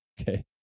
okay